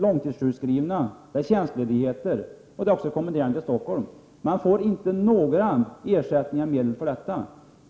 långtidssjukskrivningar, tjänstledigheter och kommendering av personal till Stockholm.